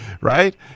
right